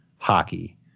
Hockey